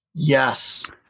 Yes